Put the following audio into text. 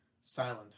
silent